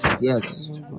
yes